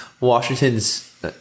Washington's